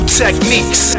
techniques